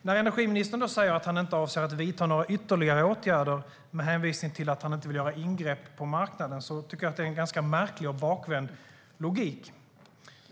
När energiministern säger att han inte avser att vidta några ytterligare åtgärder med hänvisning till att han inte vill göra ingrepp på marknaden tycker jag att det är en ganska märklig och bakvänd logik.